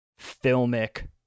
filmic